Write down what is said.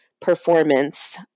performance